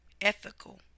Ethical